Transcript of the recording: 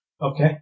Okay